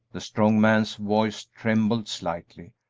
the strong man's voice trembled slightly.